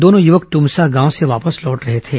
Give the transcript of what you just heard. दोनों युवक ट्रमसा गांव से वापस लौट रहे थे